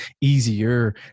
easier